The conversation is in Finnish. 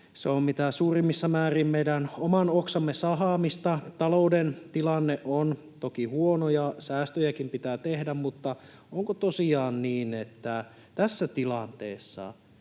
Se on mitä suurimmissa määrin meidän oman oksamme sahaamista. Talouden tilanne on toki huono ja säästöjäkin pitää tehdä, mutta onko tosiaan niin, että tässä tilanteessa